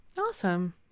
awesome